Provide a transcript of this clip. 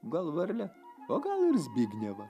gal varlę o gal ir zbignevą